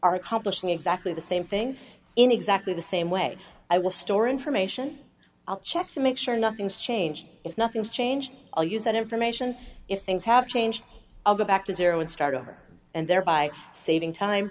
are competition exactly the same thing in exactly the same way i will store information i'll check to make sure nothing is changed if nothing's changed all use that information if things have changed i'll go back to zero and start over and thereby saving time